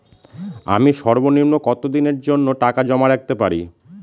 আমি সর্বনিম্ন কতদিনের জন্য টাকা জমা রাখতে পারি?